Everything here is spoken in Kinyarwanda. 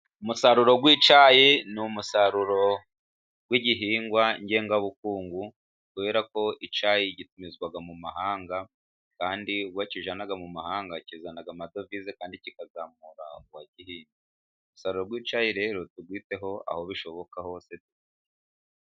Umusaruro w'icyayi ni umusaruro w'igihingwa ngengabukungu, kubera ko icyayi gitumizwa mu mahanga kandi ubwo bakijyana mu mahanga kizana amadovize kandi kikazamura uwagihinze, umusaruro w'icyayi rero tuwiteho aho bishoboka hose.